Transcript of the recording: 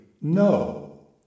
no